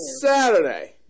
Saturday